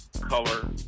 color